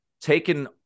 taken